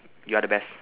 you are the best